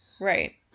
Right